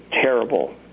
terrible